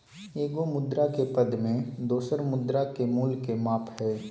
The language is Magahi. एगो मुद्रा के पद में दोसर मुद्रा के मूल्य के माप हइ